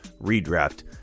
redraft